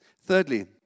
Thirdly